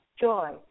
joy